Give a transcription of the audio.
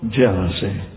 jealousy